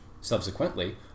subsequently